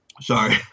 Sorry